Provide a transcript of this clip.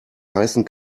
heißen